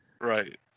Right